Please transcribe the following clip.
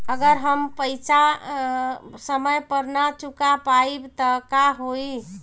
अगर हम पेईसा समय पर ना चुका पाईब त का होई?